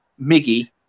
Miggy